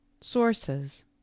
sources